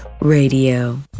Radio